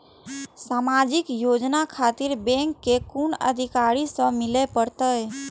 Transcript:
समाजिक योजना खातिर बैंक के कुन अधिकारी स मिले परतें?